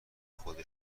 خود